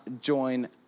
join